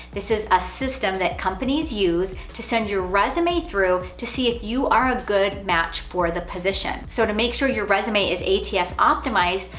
this is a system that companies use to send your resume through to see if you are a good match for the position. so to make sure your resume is ats optimized,